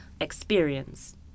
experience